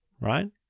right